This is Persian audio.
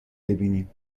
ببینیم